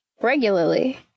regularly